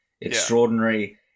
extraordinary